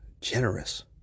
Generous